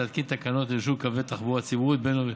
להתקין תקנות לרישוי קווי תחבורה ציבורית בין-עירונית,